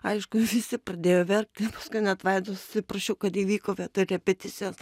aišku visi pradėjo verkti paskui net vaidos atsiprašiau kad įvyko vietoj repeticijos